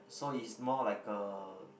so is more like a